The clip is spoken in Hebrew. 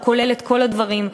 הוא כולל את כל הדברים,